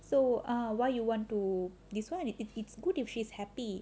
so err why you want to describe it it's good if she's happy